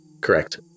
Correct